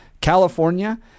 California